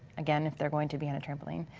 again, if they're going to be on a trampoline,